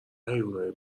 حیونای